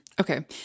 Okay